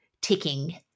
ticking